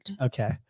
Okay